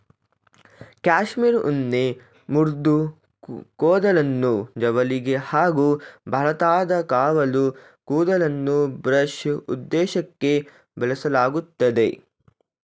cashmere ಉಣ್ಣೆ ಮೃದು ಕೂದಲನ್ನು ಜವಳಿಗೆ ಹಾಗೂ ಒರಟಾದ ಕಾವಲು ಕೂದಲನ್ನು ಬ್ರಷ್ ಉದ್ದೇಶಕ್ಕೇ ಬಳಸಲಾಗ್ತದೆ